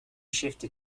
shifted